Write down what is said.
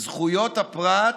זכויות הפרט